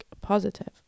positive